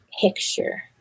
picture